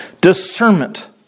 Discernment